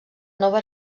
nova